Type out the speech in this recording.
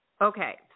Okay